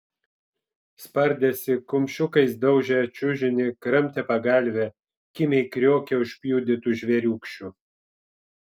spardėsi kumščiukais daužė čiužinį kramtė pagalvę kimiai kriokė užpjudytu žvėriūkščiu